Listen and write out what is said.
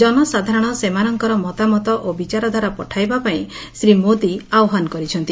ଜନସାଧାରଣ ସେମାନଙ୍କର ମତାମତ ଓ ବିଚାରଧାରା ପଠାଇବାପାଇଁ ଶ୍ରୀ ମୋଦି ଆହ୍ୱାନ କରିଛନ୍ତି